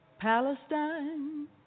Palestine